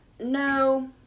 No